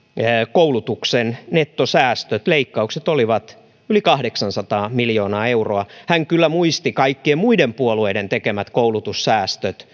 koulutuksen nettosäästöt leikkaukset olivat yli kahdeksansataa miljoonaa euroa hän kyllä muisti kaikkien muiden puolueiden tekemät koulutussäästöt